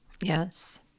Yes